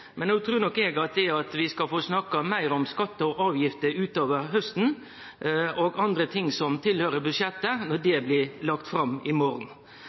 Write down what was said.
men eg trur nok at vi skal få snakka meir om skattar og avgifter utover hausten, og om andre ting som høyrer til budsjettet, når det blir lagt fram i morgon.